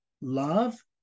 love